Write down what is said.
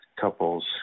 couples